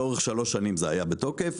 לאורך שלוש שנים זה היה בתוקף,